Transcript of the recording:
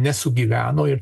nesugyveno ir